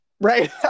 right